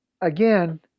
again